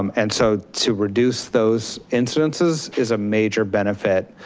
um and so to reduce those incidences is a major benefit